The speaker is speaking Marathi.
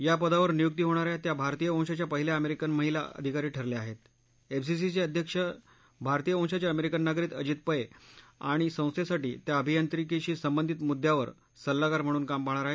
या पदावर नियुक्तीहोणाऱ्या त्या भारतीय वंशाच्या पहील्या अमरिक्रिन महीला अधिकारी ठरल्या आहस्त एफसीसीचछित्यक्ष भारतीय वशाचाअमरिकन नागरीक अजित पै आणि संस्थछिठी त्या अभियांत्रिकीशीसंबंधित मुद्द्यांवर सल्लागार म्हणून काम पहाणार आहेत